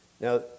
now